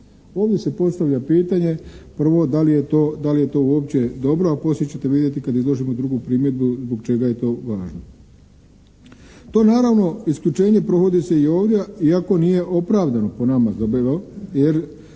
Ovdje se postavlja pitanje prvo da li je to uopće dobro, a poslije ćete vidjeti kad izložimo drugu primjedbu zbog čega je to važno. To naravno isključenje provodi se i ovdje iako nije opravdano po nama. Jer